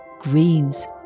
greens